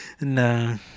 No